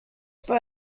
for